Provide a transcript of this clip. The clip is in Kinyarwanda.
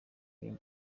ngiro